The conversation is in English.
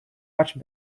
much